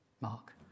Mark